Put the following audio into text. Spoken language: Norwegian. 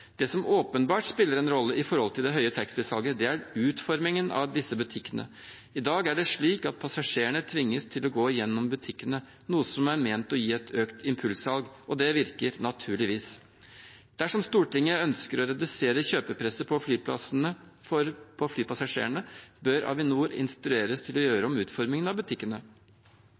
Det som åpenbart spiller en rolle når det gjelder det høye taxfree-salget, er utformingen av disse butikkene. I dag er det slik at passasjerene tvinges til å gå gjennom butikkene, noe som er ment å gi et økt impulssalg. Og det virker naturligvis. Dersom Stortinget ønsker å redusere kjøpepresset på flypassasjerene, bør Avinor instrueres om å gjøre om utformingen av butikkene.